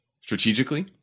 Strategically